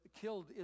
killed